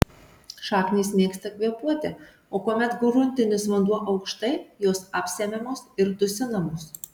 šaknys mėgsta kvėpuoti o kuomet gruntinis vanduo aukštai jos apsemiamos ir dusinamos